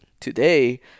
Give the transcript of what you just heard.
Today